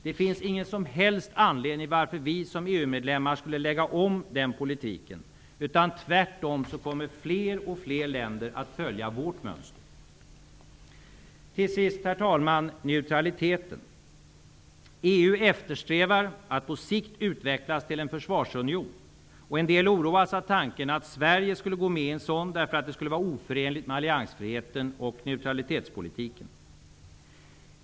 Det finns ingen som helst anledning varför vi som EU-medlemmar skulle lägga om den politiken. Tvärtom kommer fler och fler länder att följa vårt mönster. Till sist, herr talman, vill jag ta upp frågan om neutraliteten. EU eftersträvar att på sikt utvecklas till en försvarsunion. En del oroas av tanken att Sverige skulle gå med i en sådan, därför att det skulle vara oförenligt med alliansfriheten och neutralitetspolitiken.